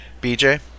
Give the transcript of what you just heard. BJ